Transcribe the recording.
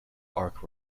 ark